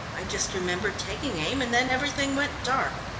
i just remember taking aim, and then everything went dark.